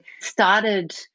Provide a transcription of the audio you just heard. started